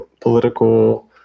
political